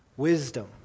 wisdom